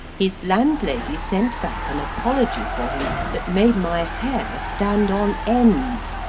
his landlady sent back an apology for him that made my hair stand on end.